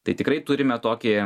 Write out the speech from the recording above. tai tikrai turime tokį